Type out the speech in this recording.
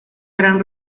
gran